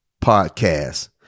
Podcast